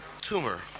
tumor